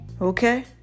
okay